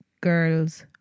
girl's